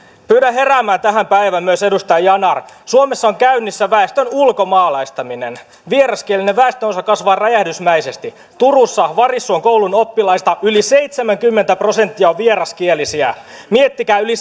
pyydän heräämään tähän päivään myös edustaja yanar suomessa on käynnissä väestön ulkomaalaistaminen vieraskielinen väestönosa kasvaa räjähdysmäisesti turussa varissuon koulun oppilaista yli seitsemänkymmentä prosenttia on vieraskielisiä miettikää yli